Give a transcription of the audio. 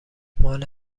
مال